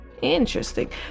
Interesting